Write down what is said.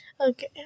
Okay